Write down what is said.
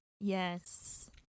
Yes